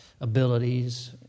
abilities